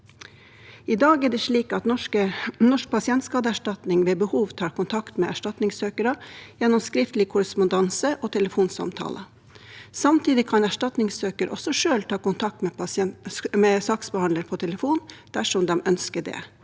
I dag er det slik at Norsk pasientskadeerstatning ved behov tar kontakt med erstatningssøkere gjennom skriftlig korrespondanse og telefonsamtale. Samtidig kan erstatningssøker også selv ta kontakt med saksbehandler på telefon, dersom de ønsker det,